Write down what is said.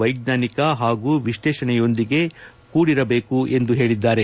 ವೈಜ್ಞಾನಿಕ ಹಾಗೂ ವಿಶ್ಲೇಷಣೆಯೊಂದಿಗೆ ಕೂಡಿರಬೇಕು ಎಂದು ತಿಳಿಸಿದ್ದಾರೆ